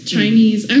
Chinese